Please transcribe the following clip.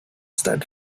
stud